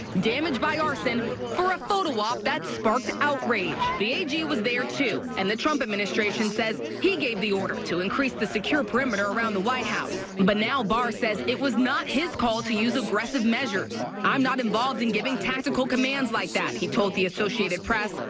damage by arson and for a photo op that sparked outrage. the ag was there, too, and the trump administration says he gave the order to increase the secure perimeter around the white house. but now, barr says it was not his call to use aggressive measures. i'm not involved in giving tactical commands like that, he told the associated press.